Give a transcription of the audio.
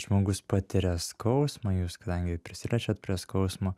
žmogus patiria skausmą jūs kadangi prisiliečiat prie skausmo